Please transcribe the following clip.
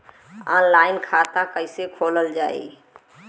Online खाता कईसे खोलल जाई?